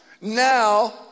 now